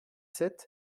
sept